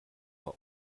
war